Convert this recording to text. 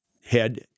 head